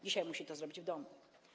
Dzisiaj musi to zrobić w domu.